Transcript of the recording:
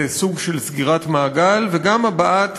זה סוג של סגירת מעגל, וגם הבעת